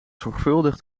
zorgvuldig